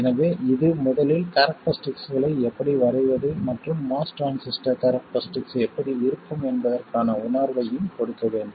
எனவே இது முதலில் கேரக்டரிஸ்டிக்ஸ்களை எப்படி வரைவது மற்றும் MOS டிரான்சிஸ்டர் கேரக்டரிஸ்டிக்ஸ் எப்படி இருக்கும் என்பதற்கான உணர்வையும் கொடுக்க வேண்டும்